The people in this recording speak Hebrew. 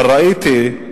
אבל ראיתי,